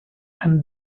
and